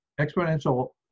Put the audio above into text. exponential